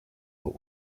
but